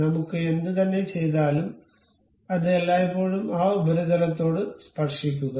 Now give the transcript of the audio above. നമുക്ക് എന്തുതന്നെ ചെയ്താലും അത് എല്ലായ്പ്പോഴും ആ ഉപരിതലത്തോട് സ്പർശിക്കുക